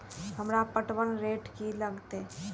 हमरा पटवन रेट की लागते?